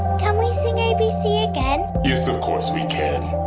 can we sing abc again? yes, of course we can.